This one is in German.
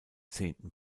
zehnten